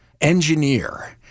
engineer